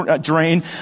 drain